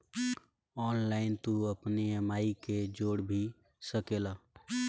online तू अपनी EMI के जोड़ भी सकेला